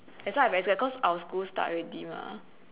that's why I very scared cause our school start already mah